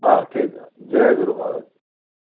हा ठीकु आहे जय गुरु महाराज